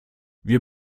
wir